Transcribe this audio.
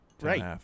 Right